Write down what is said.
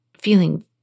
feeling